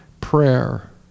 prayer